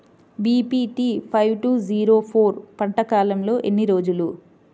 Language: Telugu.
BPT five two zero four పంట కాలంలో ఎన్ని రోజులు?